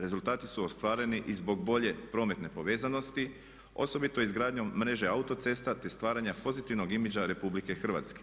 Rezultati su ostvareni i zbog bolje prometne povezanosti osobito izgradnjom mreže autocesta te stvaranja pozitivnog imidža RH.